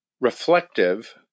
reflective